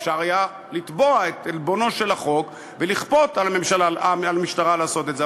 אפשר היה לתבוע את עלבונו של החוק ולכפות על המשטרה לעשות את זה.